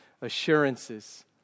assurances